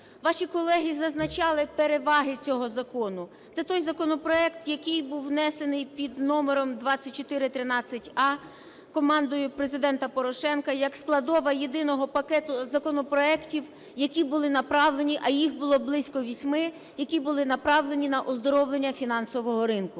Ваші колеги зазначали переваги цього закону, це той законопроект, який був внесений під номером 2413а командою Президента Порошенка як складова єдиного пакету законопроектів, які були направлені, а їх було близько 8, які були направленні на оздоровлення фінансового ринку.